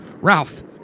Ralph